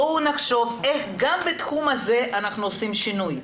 בוא נחשוב איך גם בתחום הזה אנחנו עושים שינוי.